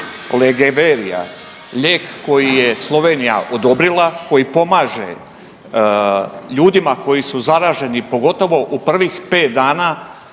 lijek koji je Slovenija odobrila koji pomaže ljudima koji su zaraženi pogotovo u prvih pet dana